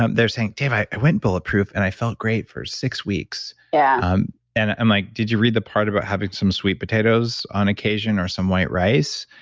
um they're saying, dave, i went bulletproof and i felt great for six weeks. yeah um and i'm like, did you read the part about having some sweet potatoes on occasion or some white rice?